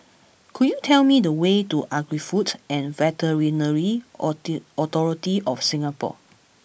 could you tell me the way to Agri Food and Veterinary Authority of Singapore